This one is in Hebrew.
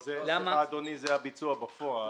סליחה, אדוני, זה הביצוע בפועל.